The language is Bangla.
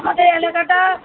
আমাদের এলাকাটা